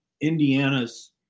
Indiana's